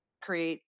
create